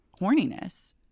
horniness